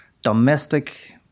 Domestic